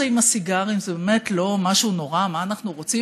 עם הסיגרים זה באמת לא משהו נורא: מה אנחנו רוצים,